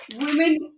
Women